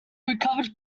recovered